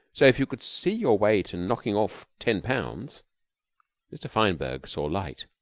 so if you could see your way to knocking off ten pounds mr. fineberg saw light.